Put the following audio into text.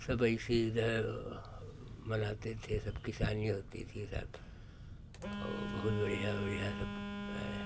सब ऐसे इधर मनाते थे सब किसानी होती थी सब और बहुत बढ़ियाँ बढ़ियाँ सब है